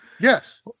Yes